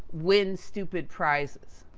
win stupid prizes.